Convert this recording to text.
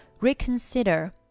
reconsider